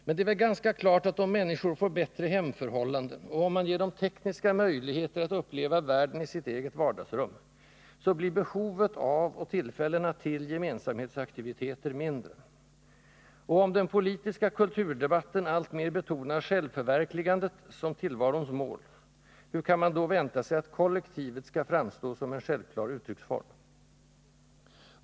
Men det är väl ganska klart att om människor får bättre hemförhållanden och om man ger dem tekniska möjligheter att uppleva världen i sitt eget vardagsrum, så blir behovet av och tillfällena till gemensamhetsaktiviteter mindre. Och om den politiska kulturdebatten alltmer betonar självförverkligandet som tillvarons mål, hur kan man då vänta sig att kollektivet skall framstå som en självklar uttrycksform?